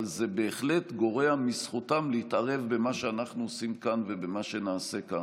אבל זה בהחלט גורע מזכותם להתערב במה שאנחנו עושים כאן ובמה שנעשה כאן.